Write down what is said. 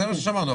זה מה ששמענו,